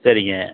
சரிங்க